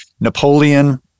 Napoleon